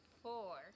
four